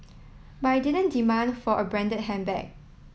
but I didn't demand for a branded handbag